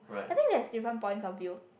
I think there is different points of view